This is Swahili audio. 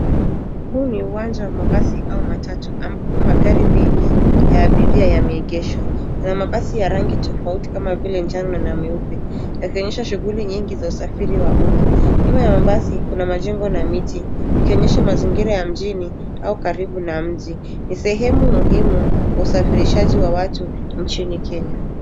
Huu ni uwanja wa mabasi au matatu ambapo magari mengi ya abiria yame engeshwa na mabasi ya rangi tofauti kama vile njano na meupe yakionyesha shughuli nyingi za usafiri wa umma. Nyuma wa mabasi kuna majengo na miti ikionyesha mazingira ya mjini au karibu na mji, ni sehemu muhimu wa usafirishaji wa watu nchini Kenya.